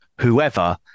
whoever